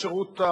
השרים,